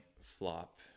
flop